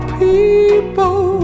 people